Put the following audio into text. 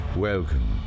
Welcome